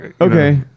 Okay